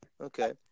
okay